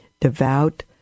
devout